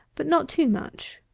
but not too much.